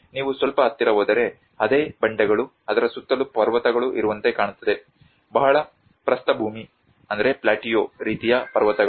ನೀವು ಸ್ವಲ್ಪ ಹತ್ತಿರ ಹೋದರೆ ಅದೇ ಬಂಡೆಗಳು ಅದರ ಸುತ್ತಲೂ ಪರ್ವತಗಳು ಇರುವಂತೆ ಕಾಣುತ್ತದೆ ಬಹಳ ಪ್ರಸ್ಥಭೂಮಿ ರೀತಿಯ ಪರ್ವತಗಳು